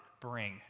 bring